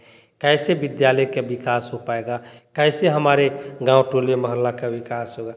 कैसे विद्यालय के विकास हो पाएगा कैसे हमारे गाँव टोले महल्ला का विकास होगा